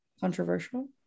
controversial